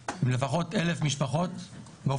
באופן אישי עם לפחות 1,000 משפחות שמעסיקות